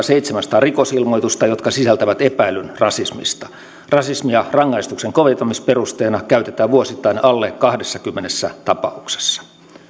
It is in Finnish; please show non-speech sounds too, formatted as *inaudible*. *unintelligible* seitsemänsataa rikosilmoitusta jotka sisältävät epäilyn rasismista rasismia rangaistuksen koventamisperusteena käytetään vuosittain alle kahdessakymmenessä tapauksessa